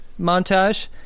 montage